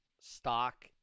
stock